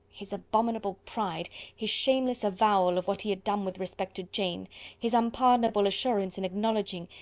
his abominable pride his shameless avowal of what he had done with respect to jane his unpardonable assurance in acknowledging,